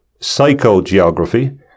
psychogeography